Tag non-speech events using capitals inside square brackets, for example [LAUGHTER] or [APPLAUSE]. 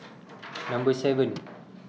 [NOISE] Number seven